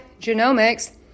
Genomics